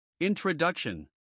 Introduction